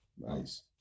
Nice